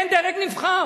אין דרג נבחר.